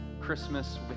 Christmas